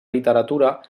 literatura